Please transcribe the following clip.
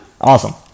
Awesome